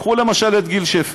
קחו למשל את גיל שפר.